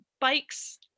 bikes